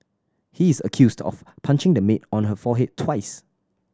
he is accused of punching the maid on her forehead twice